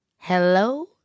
hello